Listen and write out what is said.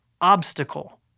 obstacle